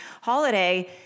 holiday